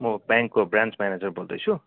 म ब्याङ्कको branch manager बोल्दैछु